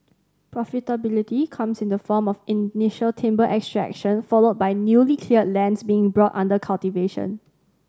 profitability comes in the form of initial timber extraction followed by newly cleared lands being brought under cultivation